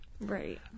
Right